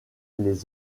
les